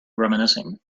reminiscing